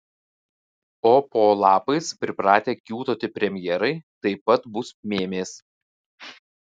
o po lapais pripratę kiūtoti premjerai taip pat bus mėmės